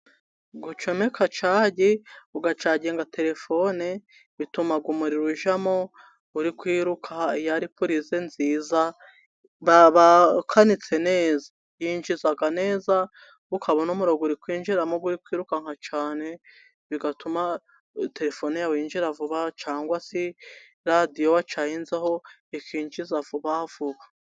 Gucomeka cagi, ugacaginga terefone, bituma umuriro ujyamo uri kwiruka, iyo ari purize nziza bakanitse neza. Yinjiza neza, ukabona umuriro uri kwinjiramo uri kwirukanka cyane, bigatuma terefone yawe yinjiza vuba , cyane cyangwa se radio wacaginzeho ikinjiza vuba vuba.